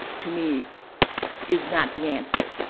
to me is not the answer.